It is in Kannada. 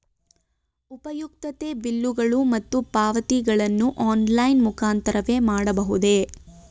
ಉಪಯುಕ್ತತೆ ಬಿಲ್ಲುಗಳು ಮತ್ತು ಪಾವತಿಗಳನ್ನು ಆನ್ಲೈನ್ ಮುಖಾಂತರವೇ ಮಾಡಬಹುದೇ?